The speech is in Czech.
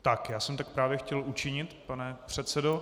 Já jsem tak právě chtěl učinit, pane předsedo.